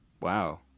Wow